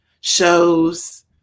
shows